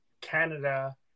Canada